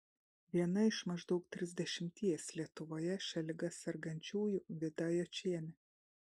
viena iš maždaug trisdešimties lietuvoje šia liga sergančiųjų vida jočienė